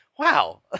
wow